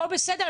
הכול בסדר,